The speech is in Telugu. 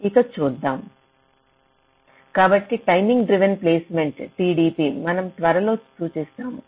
ఇక చూద్దాం కాబట్టి టైమింగ్ డ్రివెన్ ప్లేస్మెంట్ TDP అని సూచిస్తాము